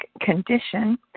condition